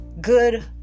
good